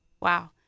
Wow